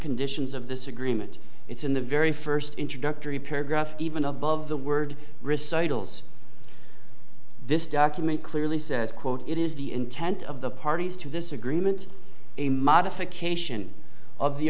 conditions of this agreement it's in the very first introductory paragraph even above the word recitals this document clearly says quote it is the intent of the parties to this agreement a modification of the